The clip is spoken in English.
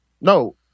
no